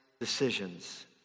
decisions